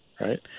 right